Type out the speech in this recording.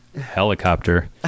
helicopter